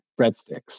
breadsticks